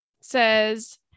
says